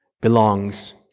belongs